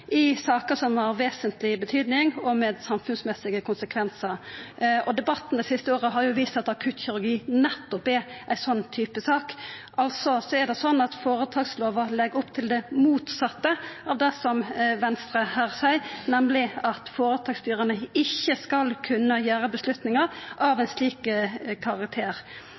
i saker som er av vesentleg betydning og har samfunnsmessige konsekvensar. Debatten det siste året har vist at akuttkirurgi nettopp er ein slik type sak. Altså er det slik at føretakslova legg opp til det motsette av det som Venstre her seier, nemleg at føretaksstyra ikkje skal kunna ta avgjerder av ein slik